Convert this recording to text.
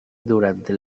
durante